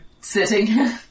sitting